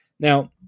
Now